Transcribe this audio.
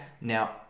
now